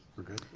we're good,